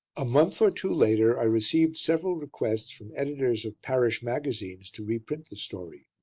a month or two later, i received several requests from editors of parish magazines to reprint the story.